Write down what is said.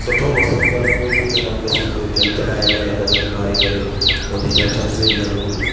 सुठो मौसम हूंदो आहे त कोई बि फ़िकर न हूंदी आहे सुबुह जो जल चढ़ाए करे अगरबत्ती बारे करे पौधे जी रक्षा थी वेंदी आहे बिल्कुलु